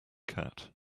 cat